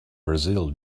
brazil